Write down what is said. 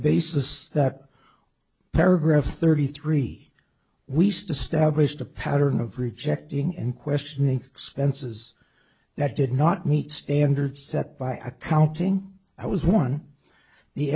basis that paragraph thirty three we still stablished a pattern of rejecting and questioning expenses that did not meet standards set by accounting i was one the